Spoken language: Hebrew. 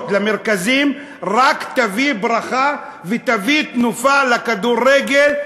למרכזים רק תביא ברכה ותביא תנופה לכדורגל,